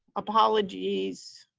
apologies.